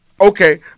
Okay